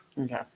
Okay